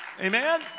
Amen